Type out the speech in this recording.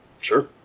Sure